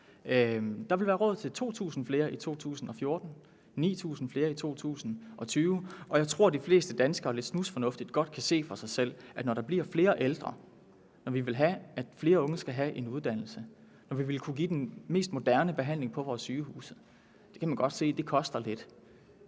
Der vil være råd til 2.000 flere i 2014, 9.000 flere i 2020, og jeg tror, de fleste danskere lidt snusfornuftigt godt selv kan se, at når der bliver flere ældre og vi vil have, at flere unge skal have en uddannelse, og vi vil kunne give den mest moderne behandling på vores sygehuse, koster det lidt, og det er det,